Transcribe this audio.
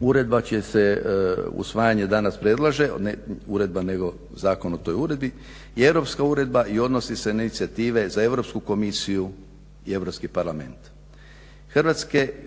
uredba će se, usvajanje danas predlaže ne uredba nego zakon o toj uredbi je europska uredba i odnosi se na inicijative za Europsku komisiju i Europski parlament.